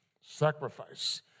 sacrifice